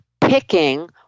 picking